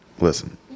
Listen